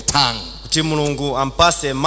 tongue